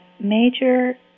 major